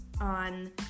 on